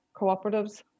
cooperatives